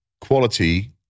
quality